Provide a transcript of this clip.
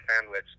sandwich